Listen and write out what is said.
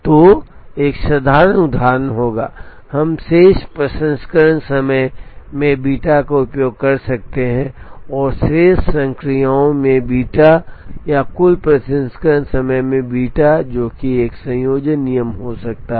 तो एक साधारण उदाहरण होगा हम शेष प्रसंस्करण समय में बीटा का उपयोग कर सकते हैं और शेष संक्रियाओं में बीटा या कुल प्रसंस्करण समय में बीटा जो कि एक संयोजन नियम हो सकता है